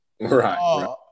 Right